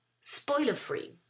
spoiler-free